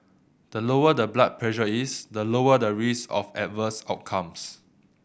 the lower the blood pressure is the lower the risk of adverse outcomes